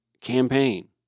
campaign